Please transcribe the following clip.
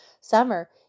summer